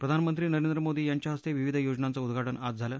प्रधानमंत्री नरेंद्र मोदी यांच्या हस्ते विविध योजनाचं उद्घाटन आज झालं